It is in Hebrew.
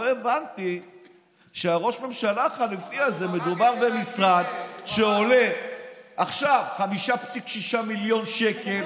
לא הבנתי שראש ממשלה החליפי הזה היה במשרד שעולה עכשיו 5.6 מיליון שקל.